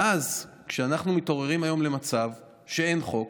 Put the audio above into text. ואז, כשאנחנו מתעוררים היום למצב שאין חוק,